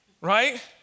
right